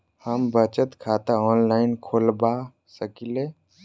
हम बचत खाता ऑनलाइन खोलबा सकलिये?